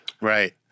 Right